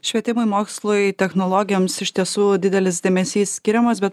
švietimui mokslui technologijoms iš tiesų didelis dėmesys skiriamas bet